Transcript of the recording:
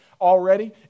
already